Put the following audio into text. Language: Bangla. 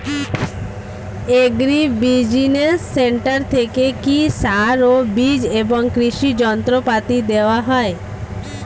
এগ্রি বিজিনেস সেন্টার থেকে কি সার ও বিজ এবং কৃষি যন্ত্র পাতি দেওয়া হয়?